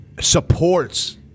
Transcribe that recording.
supports